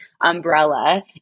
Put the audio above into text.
umbrella